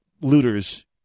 looters